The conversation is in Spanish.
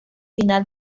final